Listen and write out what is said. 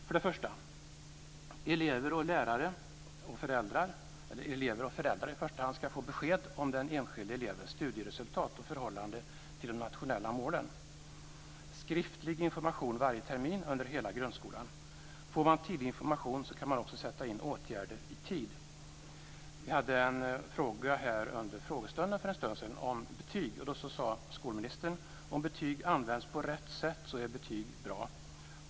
För det första: Elever och föräldrar ska få besked om den enskilde elevens studieresultat och förhållande till de nationella målen och skriftlig information varje termin under hela grundskolan. Får man tydlig information kan man också sätta in åtgärder i tid. Det ställdes en fråga om betyg under frågestunden för en stund sedan. Då sade skolministern så här: Om betyg används på rätt sätt är betyg bra.